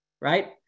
right